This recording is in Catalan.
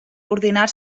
coordinar